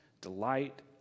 delight